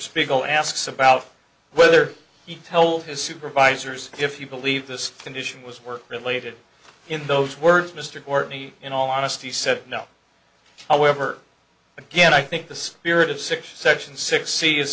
spiegel asks about whether he told his supervisors if you believe this condition was work related in those words mr courtney in all honesty said no however again i think the spirit of six section six